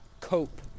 cope